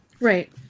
Right